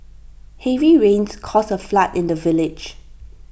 heavy rains caused A flood in the village